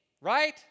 right